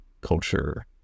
culture